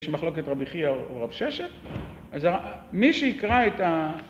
יש מחלוקת רבי חייא ורב ששת, אז מי שיקרא את ה...